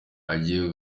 agiye